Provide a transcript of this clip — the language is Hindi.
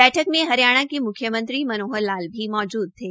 बैठक में हरियाणा के म्ख्यमंत्री मनोहर लाल भी मौजूद थे